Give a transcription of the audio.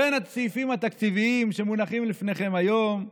בין הסעיפים התקציביים שמונחים לפניכם היום: